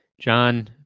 john